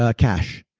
ah cash.